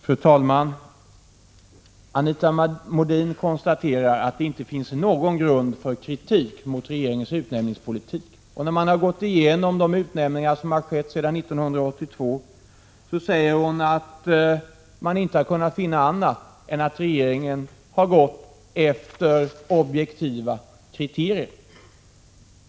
Fru talman! Anita Modin konstaterar att det inte finns någon grund för kritik mot regeringens utnämningspolitik. Hon säger att när man har gått igenom de utnämningar som har skett sedan 1982 har man inte kunnat finna annat än att regeringen har gått efter objektiva kriterier.